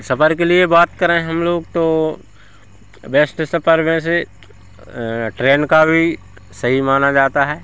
सफर के लिए बात करें हम लोग तो बेस्ट सफर वैसे ट्रेन का भी सही माना जाता है